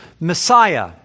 Messiah